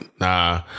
Nah